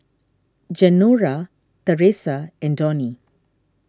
Genaro theresa and Donie